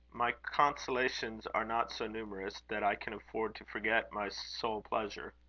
my consolations are not so numerous that i can afford to forget my sole pleasure.